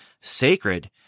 sacred